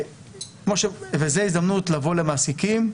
זו ההזדמנות לבוא למעסיקים.